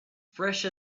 fresh